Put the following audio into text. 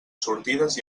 sortides